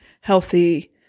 healthy